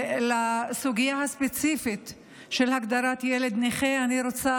לסוגיה הספציפית של הגדרת ילד נכה אני רוצה,